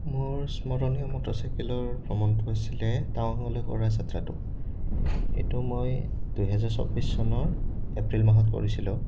মোৰ স্মৰণীয় মটৰচাইকেলৰ ভ্ৰমণটো হৈছিলে টাৱাঙলৈ কৰা যাত্ৰাটো এইটো মই দুহেজাৰ চৌব্বিছ চনৰ এপ্ৰিল মাহত কৰিছিলোঁ